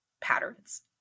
patterns